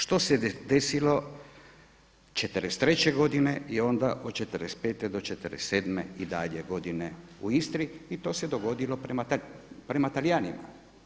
Što se desilo '43. godine i onda od '45. do '47. i dalje godine u Istri i to se dogodilo prema Talijanima.